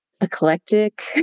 eclectic